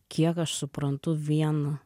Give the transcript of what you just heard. kiek aš suprantu vien